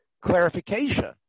clarification